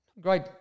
Great